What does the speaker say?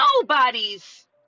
nobody's